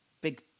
big